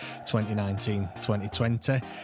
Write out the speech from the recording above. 2019-2020